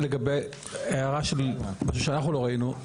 הערה של משהו שאנחנו לא ראינו,